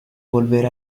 volver